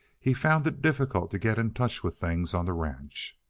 he found it difficult to get in touch with things on the ranch.